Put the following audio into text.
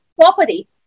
property